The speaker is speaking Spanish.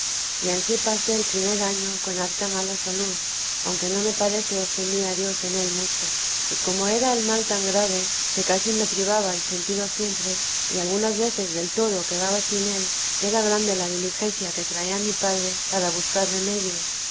y ansí pasé el primer año con harta mala salud aunque no me parece ofendí a dios en él mucho y como era el mal tan grave que casi me privaba el sentido siempre y algunas veces del todo quedaba sin él era grande la diligencia que traía mi padre para buscar remedio